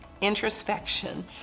introspection